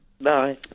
Bye